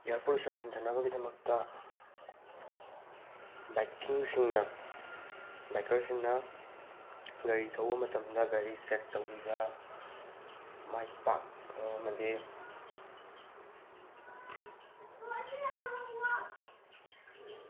year pollution ꯍꯟꯗꯅꯕꯒꯤꯗꯃꯛꯇ ꯕꯥꯏꯀꯔꯁꯤꯡꯅ ꯒꯥꯔꯤ ꯊꯧꯕ ꯃꯇꯝꯗ ꯒꯥꯔꯤ ꯆꯦꯛ ꯇꯧꯕꯤꯕ ꯃꯥꯒꯤ ꯄꯥꯛ ꯑꯃꯗꯤ